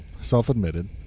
Self-admitted